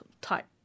type